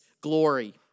glory